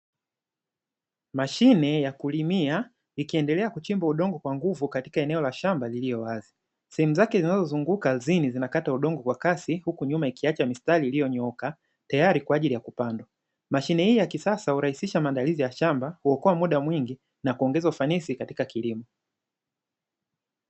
Mashine ya kulimia ikiendelea kuchimba udongo kwa nguvu katika eneo la shamba lililowazi, sehemu zake zinazozunguka ardhini zinakata udongo kwa kasi huku nyuma ikiacha mistari iliyonyooka tayari kwa ajili ya kupandwa. Mashine hii ya kisasa hurahisisha maandalizi ya shamba, huokoa muda mwingi , na kuongeza ufanisi katika kilimo.